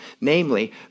Namely